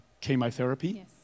chemotherapy